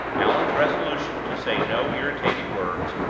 allan's resolution to say no irritating words,